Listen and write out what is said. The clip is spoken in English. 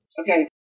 Okay